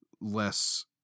less